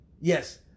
Yes